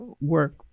work